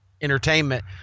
entertainment